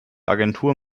agentur